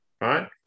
Right